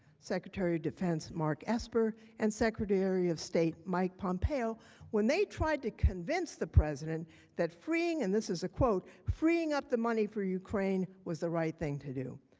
secretary of defense mark esper and secretary of state mike pompeo when they tried to convince the president that freeing and this is a quote, freeing up the money for ukraine was the right thing to do.